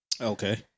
Okay